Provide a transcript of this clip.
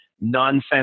nonsense